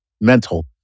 mental